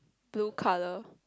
blue colour